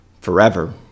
forever